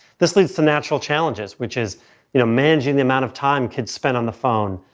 this leads to natural challenges, which is you know managing the amount of time kids spend on the phone,